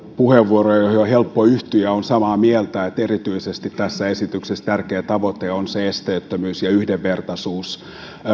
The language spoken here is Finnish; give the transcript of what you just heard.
puheenvuoroja joihin on helppo yhtyä ja olen samaa mieltä että tässä esityksessä tärkeä tavoite on erityisesti se esteettömyys ja yhdenvertaisuus